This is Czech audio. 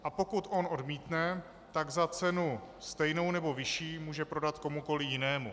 A pokud on odmítne, tak za cenu stejnou nebo vyšší může prodat komukoliv jinému.